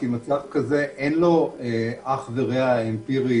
כי למצב כזה אין אח ורע אמפירי